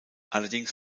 allerdings